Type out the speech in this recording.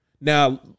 Now